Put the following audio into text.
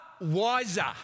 wiser